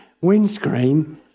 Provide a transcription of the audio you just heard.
windscreen